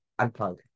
unplug